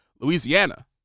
Louisiana